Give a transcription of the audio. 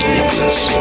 Nicholas